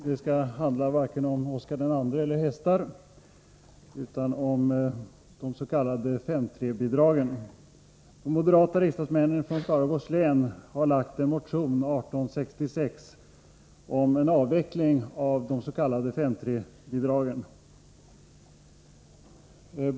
Herr talman! Detta skall varken handla om Oscar II eller hästar, utan om de s.k. 5:3-bidragen. Moderata riksdagsmän från Skaraborgs län har framlagt en motion 1866 om en avveckling av de s.k. 5:3-bidragen.